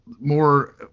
more